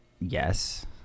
yes